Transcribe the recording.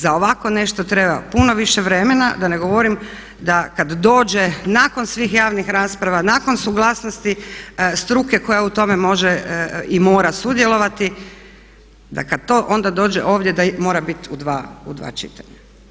Za ovako nešto treba puno više vremena da ne govorim da kad dođe nakon svih javnih rasprava, nakon suglasnosti struke koja u tome može i mora sudjelovati, da kad to onda dođe ovdje da mora biti u dva čitanja.